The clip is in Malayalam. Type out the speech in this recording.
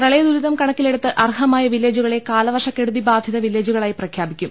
പ്രളയദുരിതം കണക്കിലെടുത്ത് അർഹമായ വില്ലേജുകളെ കാലവർഷക്കെടുതിബാധിത വില്ലേജുകളായി പ്രഖ്യാപിക്കും